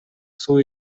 суу